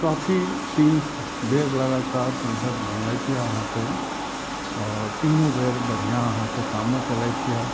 काफी तीन बेर लगातार संसद बनलथि अहाँके आओर तीनो बेर बढ़िऑं अहाँके कामो केलथि